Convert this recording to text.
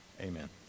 Amen